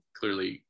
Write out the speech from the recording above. clearly